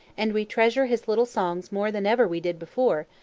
and we treasure his little songs more than ever we did before,